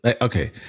okay